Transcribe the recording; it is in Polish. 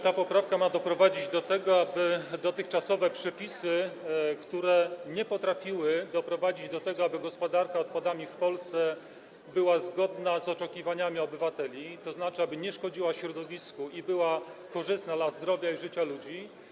Ta poprawka ma doprowadzić do tego, aby dotychczasowe przepisy, które nie potrafiły doprowadzić do tego, aby gospodarka odpadami w Polsce była zgodna z oczekiwaniami obywateli, tzn. aby nie szkodziła środowisku i była korzystna dla zdrowia i życia ludzi.